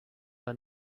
her